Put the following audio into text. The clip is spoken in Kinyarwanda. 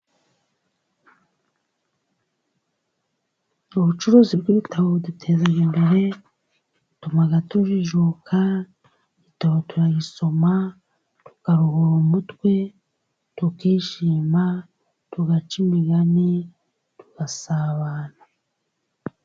Ubucuruzi bw'ibitabo buduteza imbere butuma tujijuka, igitabo turagisoma tukaruhura umutwe tukishima tugaca imigani tugasabana.